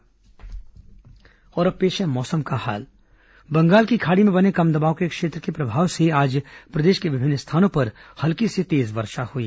मौसम और अब पेश है मौसम का हाल बंगाल की खाड़ी में बने कम दबाव के क्षेत्र के प्रभाव से आज प्रदेश के विभिन्न स्थानों पर हल्की से तेज वर्षा हुई